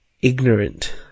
ignorant